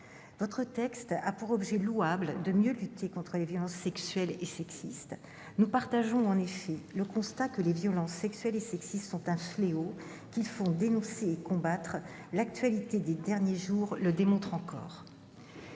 Votre texte a pour objet louable de mieux lutter contre les violences sexuelles et sexistes. Nous partageons, en effet, le constat que les violences sexuelles et sexistes sont un fléau, qu'il faut dénoncer et combattre. L'actualité des derniers jours le démontre encore.